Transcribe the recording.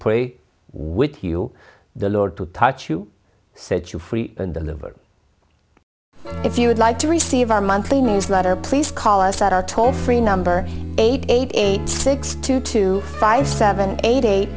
pray with you the lord to touch you set you free and deliver if you would like to receive our monthly newsletter please call us at our toll free number eight eight eight six two two five seven eight eight